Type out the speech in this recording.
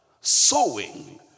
sowing